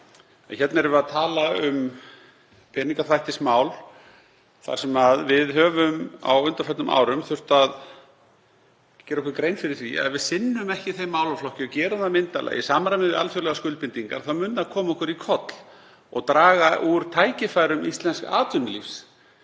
að hér erum við að tala um peningaþvættismál þar sem við höfum á undanförnum árum þurft að gera okkur grein fyrir því að ef við sinnum ekki þeim málaflokki og gerum það ekki myndarlega í samræmi við alþjóðlegar skuldbindingar mun það koma okkur í koll og draga úr tækifærum íslensks atvinnulífs,